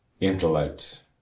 intellect